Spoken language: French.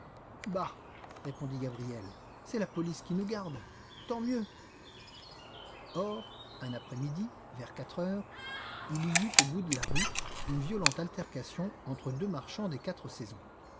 bah répondit gabriel c'est la police qui nous garde tant mieux or un après-midi vers quatre heures il y eut au bout de la rue une violente altercation entre deux marchands des